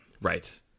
Right